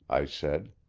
i said.